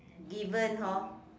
given hor